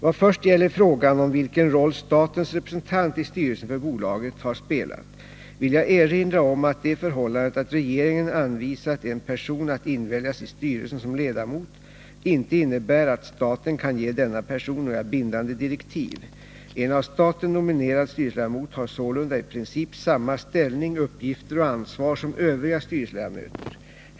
Vad först gäller frågan om vilken roll statens representant i styrelsen för bolaget har spelat vill jag erinra om att det förhållandet att regeringen anvisat en person att inväljas i styrelsen som ledamot inte innebär att staten kan ge denna person några bindande direktiv. En av staten nominerad styrelseledamot har sålunda i princip samma ställning, uppgifter och ansvar som övriga styrelseledamöter.